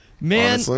Man